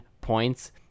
points